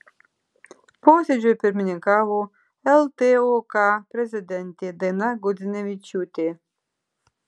posėdžiui pirmininkavo ltok prezidentė daina gudzinevičiūtė